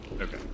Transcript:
Okay